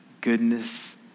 goodness